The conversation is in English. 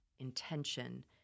intention